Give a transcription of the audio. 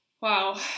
wow